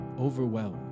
overwhelmed